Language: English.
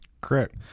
Correct